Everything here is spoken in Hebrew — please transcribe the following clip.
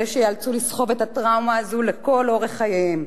אלה שייאלצו לסחוב את הטראומה הזו לכל אורך חייהם.